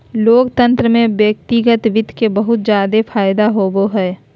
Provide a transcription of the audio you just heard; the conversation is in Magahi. लोकतन्त्र में व्यक्तिगत वित्त के बहुत जादे फायदा होवो हय